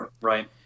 Right